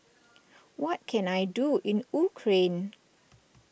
what can I do in Ukraine